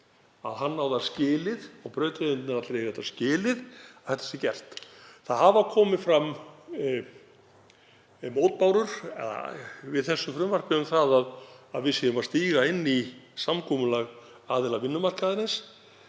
að hann á það skilið og brautryðjendurnir allir eiga skilið að þetta sé gert. Það hafa komið fram mótbárur við frumvarpið þess efnis að við séum að stíga inn í samkomulag aðila vinnumarkaðarins.